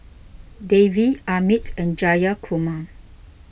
Devi Amit and Jayakumar